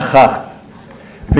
נכחת בה.